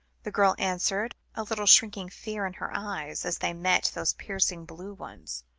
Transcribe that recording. the girl answered, a little shrinking fear in her eyes, as they met those piercing blue ones.